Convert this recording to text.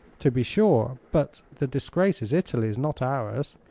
to be sure but the disgrace is italy's, not ours.